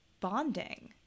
bonding